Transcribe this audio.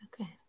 Okay